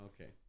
okay